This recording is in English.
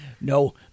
no